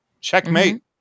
checkmate